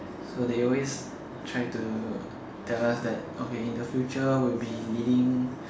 so there always try to tell us that okay in future we will be leading